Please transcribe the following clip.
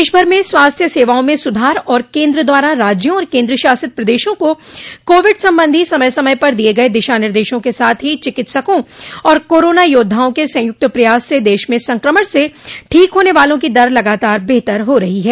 देशभर में स्वास्थ्य सेवाओं में सुधार और केन्द्र द्वारा राज्यों और केन्द्र शासित प्रदेशों को कोविड सम्बन्धी समय समय पर दिये गये दिशा निर्देशों के साथ ही चिकित्सकों और कोरोना योद्वाओं के संयुक्त प्रयास से देश में संक्रमण से ठीक होने वालों की दर लगातार बेहतर हो रही है